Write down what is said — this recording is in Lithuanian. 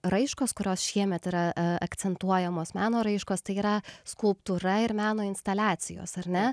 raiškos kurios šiemet yra akcentuojamos meno raiškos tai yra skulptūra ir meno instaliacijos ar ne